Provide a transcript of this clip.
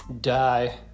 die